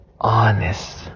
honest